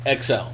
XL